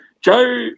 Joe